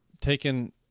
taken